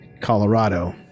colorado